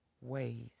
ways